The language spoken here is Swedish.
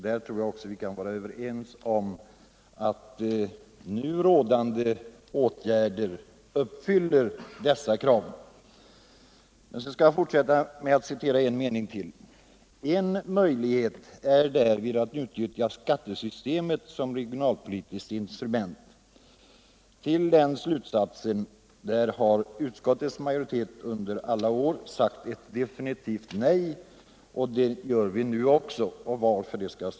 Jag tror också att vi kan vara överens om att nu vidtagna åtgärder uppfyller dessa krav. Men jag fortsätter med att citera en mening till: ”En möjlighet är därvid att utnyttja skattesystemet som regionalpolitiskt instrument.” Till den slutsatsen har utskottets majoritet under alla år sagt definitivt nej, och det gör den nu också.